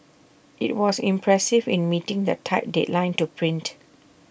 IT was impressive in meeting the tight deadline to print